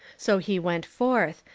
so he went forth,